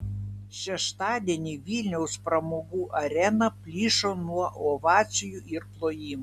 šeštadienį vilniaus pramogų arena plyšo nuo ovacijų ir plojimų